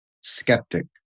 Skeptic